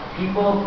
people